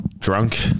Drunk